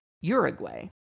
Uruguay